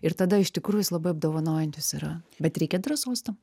ir tada iš tikrųjų jos labai apdovanojančios yra bet reikia drąsos tam